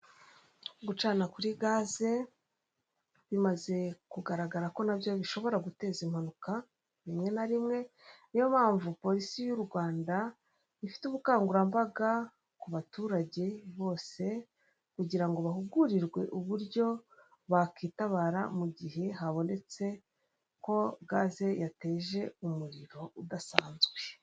Gucana kuri gaze bimaze kugaragara ko nabyo bishobora guteza impanuka rimwe na rimwe niyo mpamvu polisi yu Rwanda ifite ubukangurambaga ku baturage bose kugira ngo bahugurirwe uburyo bakitabara mu gihe habonetse ko gaze yateje umuriro udasanzwe.